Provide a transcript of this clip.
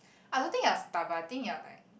I don't think you're stubborn I think you're like